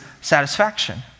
satisfaction